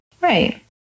Right